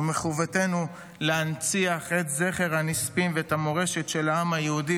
ומחובתנו להנציח את זכר הנספים ואת המורשת של העם היהודי